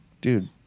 dude